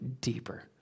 deeper